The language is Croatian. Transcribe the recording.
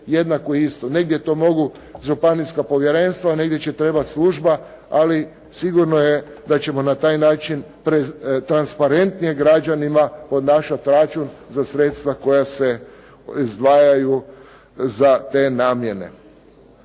jednako isto. Negdje to mogu županijska povjerenstva, negdje će trebati služba, ali sigurno je da ćemo na taj način transparentnije građanima podnašati račun za sredstva koja se izdvajaju za te namjene.